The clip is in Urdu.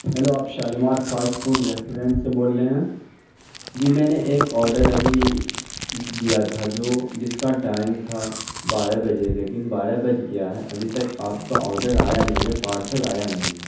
ہیلو آپ شالیمار فاسٹ فوڈ ریسٹورنٹ سے بول رہے ہیں جی میں نے ایک آڈر ابھی دیا تھا جو جس کا ٹائم تھا بارہ بجے لیکن بارہ بج گیا ہے ابھی تک آپ کا آڈر آیا نہیں ہے پارسل آیا نہیں ہے